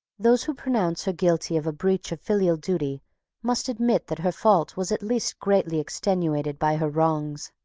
those who pronounce her guilty of a breach of filial duty must admit that her fault was at least greatly extenuated by her wrongs.